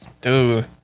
dude